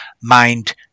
mind